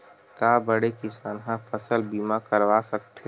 का बड़े किसान ह फसल बीमा करवा सकथे?